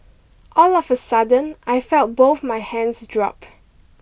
all of a sudden I felt both my hands drop